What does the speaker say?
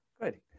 Good